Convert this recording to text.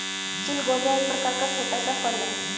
चिलगोजा एक प्रकार का छोटा सा फल है